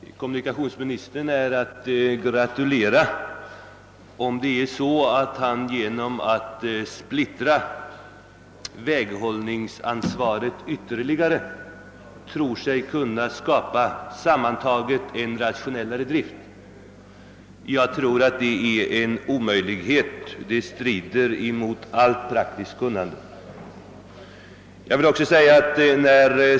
Herr talman! Kommunikationsministern är att gratulera om han genom att splittra väghållningsansvaret ytterligare tror sig kunna skapa en rationellare drift. Jag tror att det är en omöjlighet; det strider mot all praktisk erfarenhet.